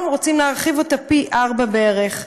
היום, רוצים להרחיב אותה פי ארבעה בערך.